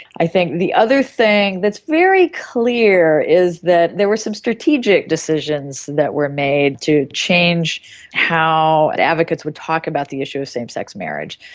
i think the other thing that's very clear is that there were some strategic decisions that were made to change how advocates would talk about the issue of same-sex marriage.